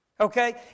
Okay